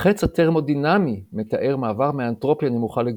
החץ התרמודינמי מתאר מעבר מאנטרופיה נמוכה לגבוהה,